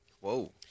Whoa